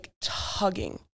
tugging